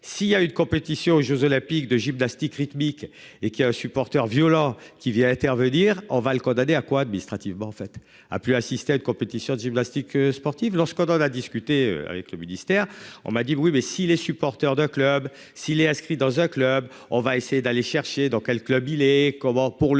s'il y a une compétition aux Jeux olympiques de gymnastique rythmique et qui a un supporteur violents qui vit à intervenir en valent condamné à quoi administrativement en fait a pu assister à une compétition de gymnastique sportive lorsqu'on en a discuté avec le ministère. On m'a dit oui mais si les supporters de clubs s'il est inscrit dans un club, on va essayer d'aller chercher dans quel club il est comment.